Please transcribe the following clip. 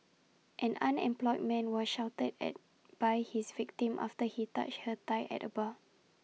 an unemployed man was shouted at by his victim after he touched her thigh at A bar